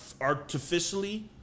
artificially